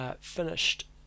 finished